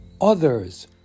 others